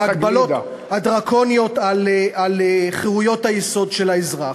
על חירויות היסוד של האזרח.